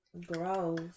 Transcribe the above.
gross